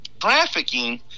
trafficking